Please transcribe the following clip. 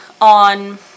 on